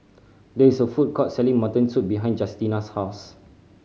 there is a food court selling mutton soup behind Justina's house